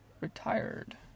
retired